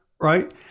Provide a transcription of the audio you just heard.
right